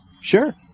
Sure